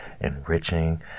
enriching